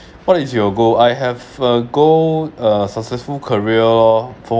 what is your goal I have a goal a successful career lor